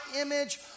image